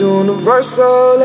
universal